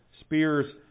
spear's